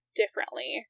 differently